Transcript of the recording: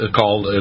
called